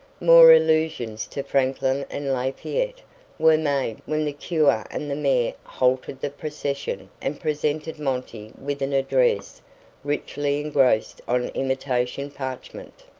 more allusions to franklin and lafayette were made when the cure and the mayor halted the procession and presented monty with an address richly engrossed on imitation parchment.